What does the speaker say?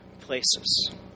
places